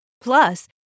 Plus